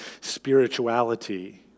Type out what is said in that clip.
spirituality